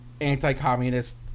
anti-communist